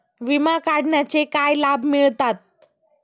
विमा काढण्याचे काय लाभ मिळतात?